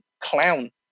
clown